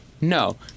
No